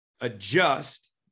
adjust